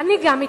גם אני מתנגדת.